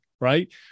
right